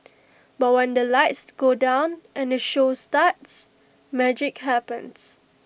but when the lights go down and the show starts magic happens